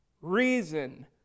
reason